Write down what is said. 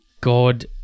God